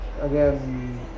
again